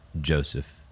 Joseph